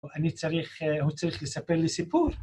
אני צריך, הוא צריך לספר לי סיפור